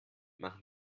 machen